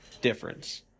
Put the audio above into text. difference